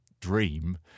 dream